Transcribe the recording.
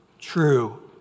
true